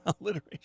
alliteration